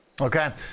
Okay